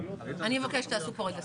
אני מבקשת שתעשו פה רגע בסדר.